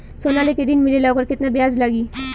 सोना लेके ऋण मिलेला वोकर केतना ब्याज लागी?